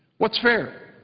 what's fair?